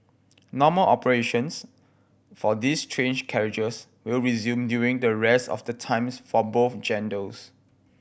normal operations for these train carriages will resume during the rest of the times for both genders